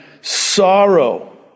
sorrow